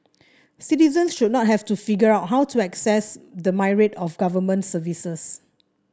citizens should not have to figure out how to access the myriad of government services